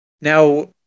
now